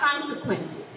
consequences